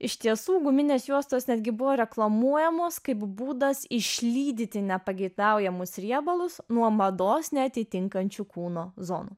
iš tiesų guminės juostos netgi buvo reklamuojamos kaip būdas išlydyti nepageidaujamus riebalus nuo mados neatitinkančių kūno zonų